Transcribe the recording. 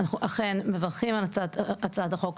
אנחנו אכן מברכים על הצעת החוק.